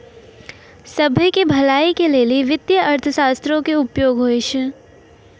सभ्भे के भलाई के लेली वित्तीय अर्थशास्त्रो के उपयोग होय छै